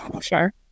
sure